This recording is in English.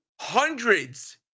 hundreds